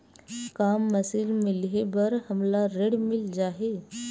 का मशीन मिलही बर हमला ऋण मिल जाही?